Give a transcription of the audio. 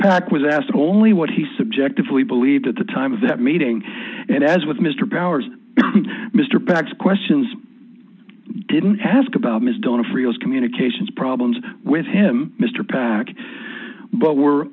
pac was asked only what he subjectively believed at the time of that meeting and as with mr powers mr packs questions i didn't ask about ms donna friels communications problems with him mr pac but were